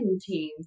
team